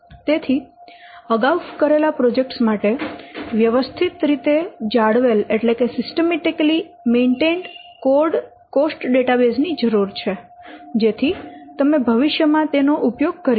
તેથી અગાઉ કરેલા પ્રોજેક્ટ્સ માટે વ્યવસ્થિત રીતે જાળવેલ કોસ્ટ ડેટાબેસ ની જરૂર છે જેથી તમે ભવિષ્ય માં તેનો ઉપયોગ કરી શકો